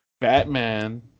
Batman